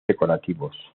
decorativos